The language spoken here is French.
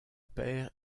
père